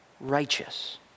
righteous